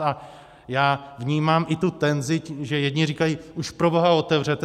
A já vnímám i tu tenzi, že jedni říkají: Už proboha otevřete!